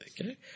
Okay